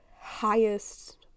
highest